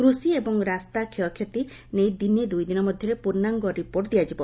କୁଷି ଏବଂ ରାସ୍ତା କ୍ଷୟକ୍ଷତି ନେଇ ଦିନେ ଦୁଇଦିନ ମଧ୍ଘରେ ପୂର୍ଶ୍ଡାଙ୍ଗ ରିପୋର୍ଟ ଦିଆଯିବ